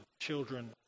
children